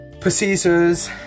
procedures